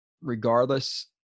Regardless